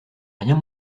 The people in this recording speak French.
rien